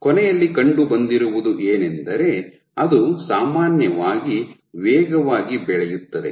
ಕೊನೆಯಲ್ಲಿ ಕಂಡುಬಂದಿರುವುದು ಏನೆಂದರೆ ಅದು ಸಾಮಾನ್ಯವಾಗಿ ವೇಗವಾಗಿ ಬೆಳೆಯುತ್ತದೆ